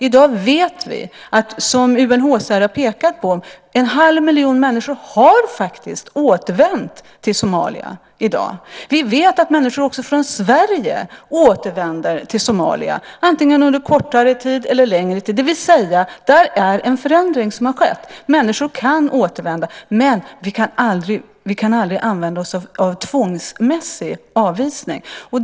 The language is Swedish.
I dag vet vi, som UNHCR har pekat på, att en halv miljon människor faktiskt har återvänt till Somalia. Vi vet också att människor återvänder från Sverige till Somalia, antingen under kortare eller under längre tid. Det har alltså skett en förändring. Människor kan återvända, men vi kan aldrig använda oss av tvångsmässig avvisning.